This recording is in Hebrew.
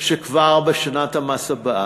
כבר בשנת המס הבאה,